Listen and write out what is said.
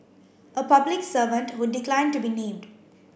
a public servant who declined to be named